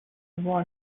war